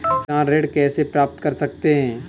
किसान ऋण कैसे प्राप्त कर सकते हैं?